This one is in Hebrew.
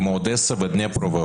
כמו אודסה ודניפרו.